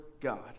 God